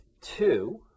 two